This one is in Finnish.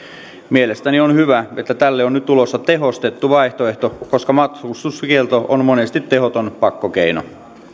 mielestäni on hyvä että tälle on nyt tulossa tehostettu vaihtoehto koska matkustuskielto on monesti tehoton pakkokeino